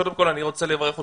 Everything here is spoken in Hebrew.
קודם כל אני רוצה לברך אותך,